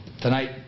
Tonight